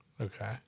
Okay